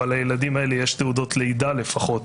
אבל לילדים האלה יש תעודות לידה לפחות,